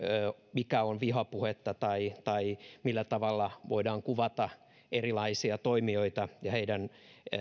mikä on vihapuhetta tai tai millä tavalla voidaan kuvata erilaisia toimijoita ja heidän